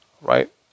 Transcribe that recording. Right